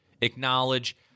acknowledge